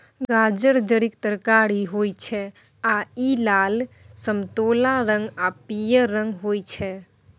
गाजर जड़िक तरकारी होइ छै आ इ लाल, समतोला रंग आ पीयर रंगक होइ छै